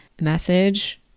message